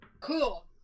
Cool